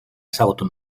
ezagutu